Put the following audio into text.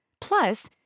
plus